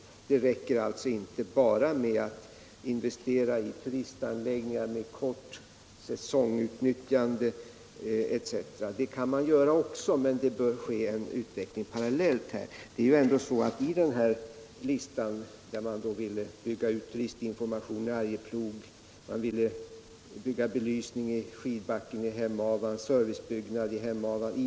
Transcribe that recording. Det räcker alltså inte med att investera i turistanläggningar med kort säsongsutnyttjande etc. Detta kan man göra också, men det bör ske en parallell utveckling här.